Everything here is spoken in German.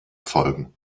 folgen